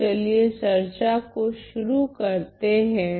तो चलिए चर्चा को शुरू करते हैं